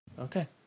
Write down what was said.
okay